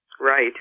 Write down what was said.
Right